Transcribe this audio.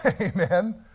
Amen